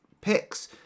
picks